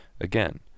Again